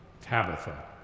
Tabitha